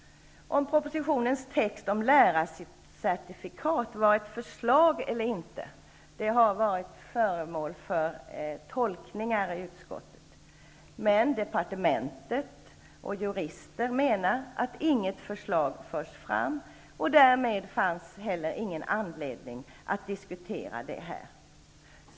Om propositionens text om lärarcertifikat var ett förslag eller inte har i utskottet varit föremål för tolkningar. Departementet och jurister menar att inget förslag förts fram, och därmed fanns heller ingen anledning att här diskutera frågan.